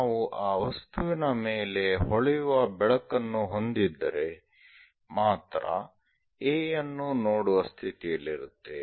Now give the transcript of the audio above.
ನಾವು ಆ ವಸ್ತುವಿನ ಮೇಲೆ ಹೊಳೆಯುವ ಬೆಳಕನ್ನು ಹೊಂದಿದ್ದರೆ ಮಾತ್ರ A ಯನ್ನು ನೋಡುವ ಸ್ಥಿತಿಯಲ್ಲಿರುತ್ತೇವೆ